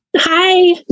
Hi